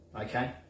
okay